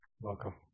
Welcome